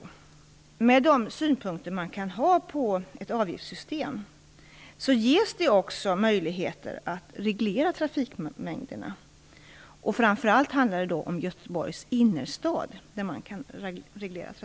Trots de synpunkter som man kan ha på ett avgiftssystem ger det ändå möjligheter att reglera trafikmängderna. Framför allt handlar det då om Göteborgs innerstad där trafiken kan regleras.